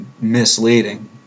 misleading